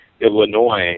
Illinois